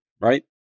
right